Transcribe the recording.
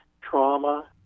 trauma